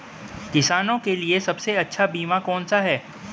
किसानों के लिए सबसे अच्छा बीमा कौन सा है?